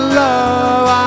love